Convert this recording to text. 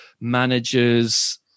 managers